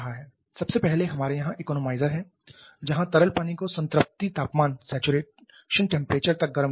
सबसे पहले हमारे यहां इकोनोमाइजर हैं जहां तरल पानी को संतृप्ति तापमान तक गर्म किया जाता है